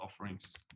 offerings